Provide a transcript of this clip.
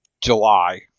July